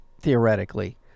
theoretically